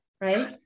Right